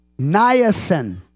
Niacin